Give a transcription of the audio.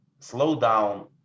slowdown